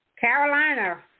Carolina